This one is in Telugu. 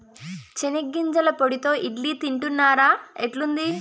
చెనిగ్గింజల పొడితో ఇడ్లీ తింటున్నారా, ఎట్లుంది